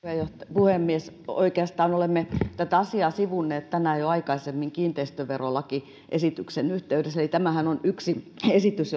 puhemies oikeastaan olemme tätä asiaa sivunneet tänään jo aikaisemmin kiinteistöverolakiesityksen yhteydessä eli tämähän on yksi esitys